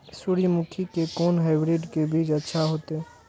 सूर्यमुखी के कोन हाइब्रिड के बीज अच्छा होते?